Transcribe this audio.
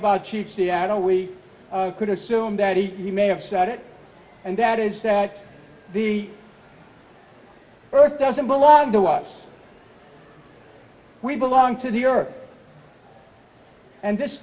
about chichi at all we could assume that he may have said it and that is that the earth doesn't belong to us we belong to the earth and this